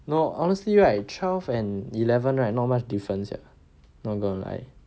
no honestly right twelve and eleven right not much difference ya 乱乱来